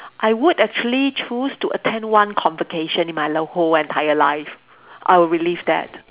I would actually choose to attend one convocation in my l~ whole entire life I would relive that